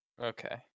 Okay